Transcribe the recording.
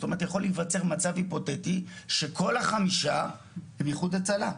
זאת אומרת יכול להיווצר מצב היפותטי שכל החמישה הם איחוד הצלה.